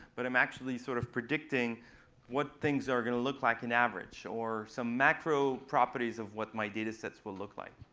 but i'm actually sort of predicting what things are going to look like on average, or some macro properties of what my data sets will look like.